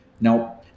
Now